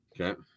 Okay